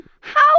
How